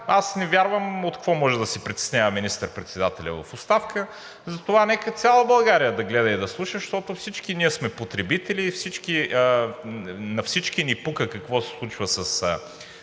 аз не вярвам от какво може да се притеснява министър-председателят в оставка. Затова нека цяла България да гледа и да слуша, защото всички ние сме потребители, на всички ни пука какво се случва с